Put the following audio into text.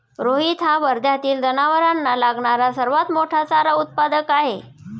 रोहित हा वर्ध्यातील जनावरांना लागणारा सर्वात मोठा चारा उत्पादक आहे